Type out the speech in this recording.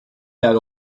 that